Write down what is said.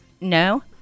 No